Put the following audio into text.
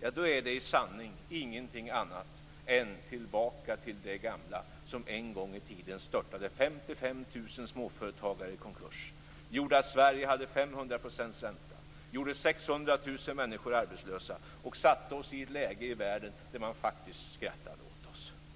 är det i sanning ingenting annat än att gå tillbaka till det gamla, som en gång i tiden störtade 55 000 småföretagare i konkurs, gjorde att Sverige hade 500 % ränta, gjorde 600 000 människor arbetslösa och försatte oss i ett läge som innebar att man faktiskt skrattade åt oss ute i världen.